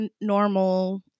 normal